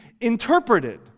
interpreted